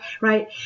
Right